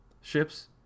ships